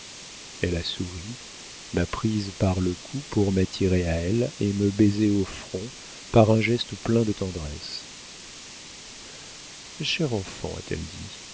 elle a souri m'a prise par le cou pour m'attirer à elle et me baiser au front par un geste plein de tendresse chère enfant